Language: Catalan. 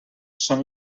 són